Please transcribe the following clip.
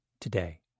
today